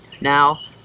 now